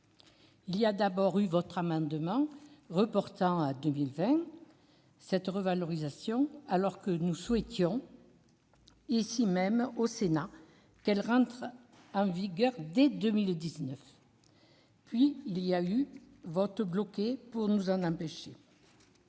Il y a tout d'abord eu votre amendement reportant à 2020 cette revalorisation, alors que nous souhaitions, ici même au Sénat, qu'elle entre en vigueur dès 2019. Puis, il y a eu un vote bloqué pour nous en empêcher.